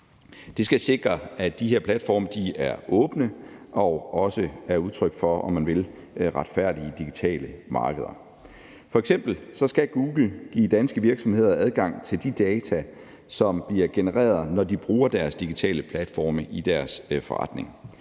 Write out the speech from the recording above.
Det skal sikre, at de her platforme er åbne og også er udtryk for, om man vil, retfærdige digitale markeder. F.eks. skal Google give danske virksomheder adgang til de data, som bliver genereret, når de bruger deres digitale platforme i deres forretning.